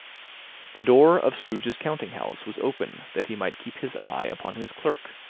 the door of scrooge's counting-house was open that he might keep his eye upon his clerk,